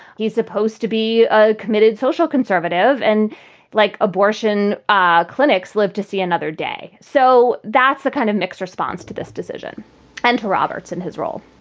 he's supposed to be a committed social conservative. and like abortion ah clinics, lived to see another day. so that's the kind of mixed response to this decision and to roberts in his role